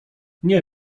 nie